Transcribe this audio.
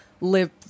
live